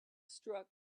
struck